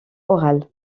orale